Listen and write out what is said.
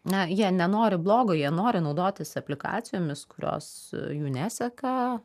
na jie nenori blogo jie nori naudotis aplikacijomis kurios jų neseka